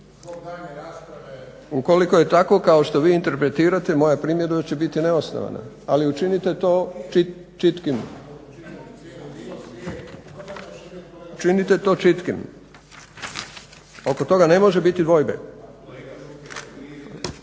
Ukoliko je tako kao što vi interpretirate moja primjedba će biti neosnovana, ali učinite to čitkim. Oko toga ne može biti dvojbe.